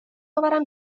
آورم